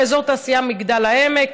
באזור התעשייה מגדל העמק,